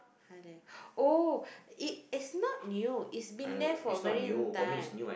Halia oh it it's not new it's been there for very long time